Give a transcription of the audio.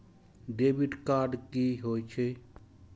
Debit card कि होई छै?